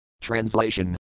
Translation